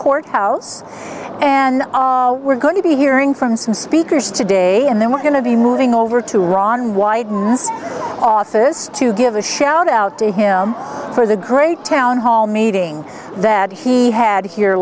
court house and we're going to be hearing from some speakers today and then we're going to be moving over to ron wyden miss office to give a shout out to him for the great town hall meeting that he had here